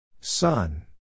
Sun